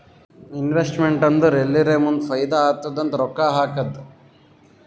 investment ಅಂದುರ್ ಎಲ್ಲಿರೇ ಮುಂದ್ ಫೈದಾ ಆತ್ತುದ್ ಅಂತ್ ರೊಕ್ಕಾ ಹಾಕದ್